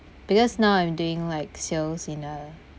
because now I'm doing like sales in a